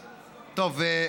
טוב,